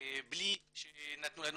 בלי שנתנו לנו